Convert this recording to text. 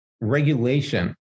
regulation